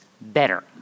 better